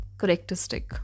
characteristic